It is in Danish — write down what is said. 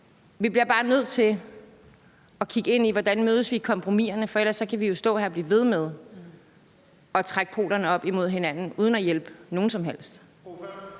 Vi bliver bare nødt til at kigge ind i, hvordan vi mødes i kompromiserne, for ellers kan vi jo stå her og blive ved med at trække polerne op imod hinanden uden at hjælpe nogen som helst.